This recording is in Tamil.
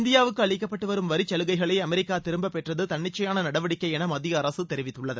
இந்தியாவுக்கு அளிக்கப்பட்டு வரும் வரிச்சலுகைகளை அமெரிக்கா திரும்பப்பெற்றது தன்னிச்சையான நடவடிக்கை என மத்திய அரசு தெரிவித்துள்ளது